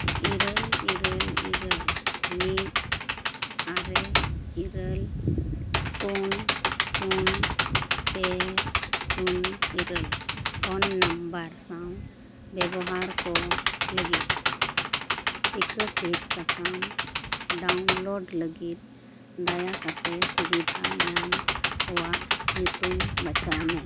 ᱤᱨᱟᱹᱞ ᱤᱨᱟᱹᱞ ᱤᱨᱟᱹᱞ ᱢᱤᱫ ᱟᱨᱮ ᱤᱨᱟᱹᱞ ᱯᱩᱱ ᱥᱩᱱ ᱯᱮ ᱥᱩᱱ ᱤᱨᱟᱹᱞ ᱯᱷᱳᱱ ᱱᱟᱢᱵᱟᱨ ᱥᱟᱶ ᱵᱮᱵᱚᱦᱟᱨ ᱠᱚ ᱞᱟᱹᱜᱤᱫ ᱴᱤᱠᱟᱹ ᱥᱤᱫ ᱥᱟᱠᱟᱢ ᱰᱟᱣᱩᱱᱞᱳᱰ ᱞᱟᱹᱜᱤᱫ ᱫᱟᱭᱟ ᱠᱟᱛᱮᱫ ᱥᱩᱵᱤᱫᱷᱟ ᱧᱟᱢ ᱠᱚᱣᱟᱜ ᱧᱩᱛᱩᱢ ᱵᱟᱪᱷᱟᱣ ᱢᱮ